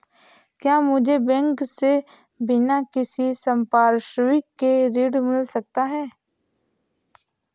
क्या मुझे बैंक से बिना किसी संपार्श्विक के ऋण मिल सकता है?